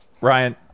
Ryan